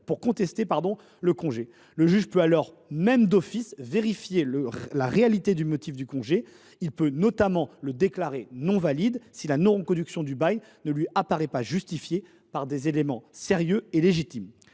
pour contester le congé. Ce dernier peut alors, même d’office, vérifier la réalité du motif du congé. Il peut notamment le déclarer non valide si la non reconduction du bail ne lui apparaît pas justifiée par des éléments sérieux et légitimes.